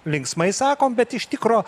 linksmai sakom bet iš tikro